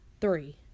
Three